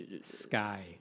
Sky